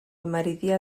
meridià